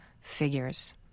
figures